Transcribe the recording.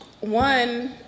one